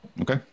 Okay